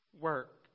work